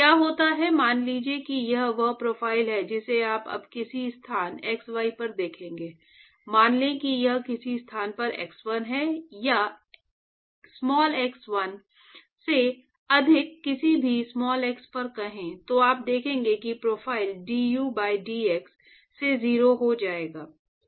क्या होता है मान लीजिए कि यह वह प्रोफ़ाइल है जिसे आप अब किसी स्थान x1 पर देखेंगे मान लें कि यह किसी स्थान पर X1 है या x1 से अधिक किसी भी x पर कहें तो आप देखेंगे कि प्रोफ़ाइल du by dx से 0 हो जाएगा